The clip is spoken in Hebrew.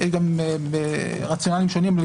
יש סוגים שונים של